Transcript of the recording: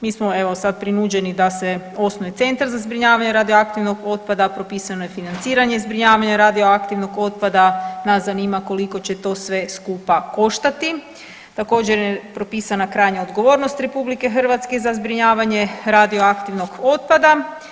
Mi smo evo sad prinuđeni da se osnuje centar za zbrinjavanje radioaktivnog otpada, propisano je financiranje zbrinjavanja radioaktivnog otpada, nas zanima koliko će to sve skupa koštati, također je propisana krajnja odgovornost RH za zbrinjavanje radioaktivnog otpada.